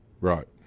Right